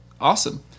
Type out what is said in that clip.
awesome